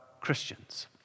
Christians